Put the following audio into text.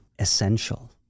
Essential